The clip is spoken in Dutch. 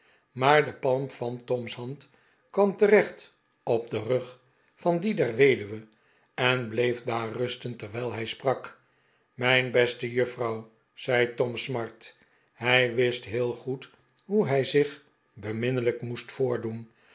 maar de palm van toms hand kwam terecht op den rug van die der weduwe en bleef daar rusten terwijl hij sprak mijn beste juffrouw zei tom smart hij wist heel goed hoe hij zich beminnelijk moest voordoen